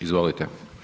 Izvolite.